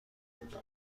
بودم